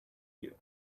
you